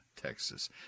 Texas